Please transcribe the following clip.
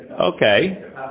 Okay